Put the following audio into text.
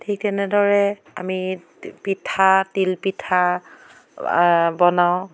ঠিক তেনেদৰে আমি পিঠা তিলপিঠা বনাওঁ